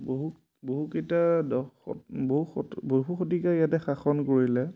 বহু বহুকেইটা বহুত বহু শতিকা ইয়াতে শাসন কৰিলে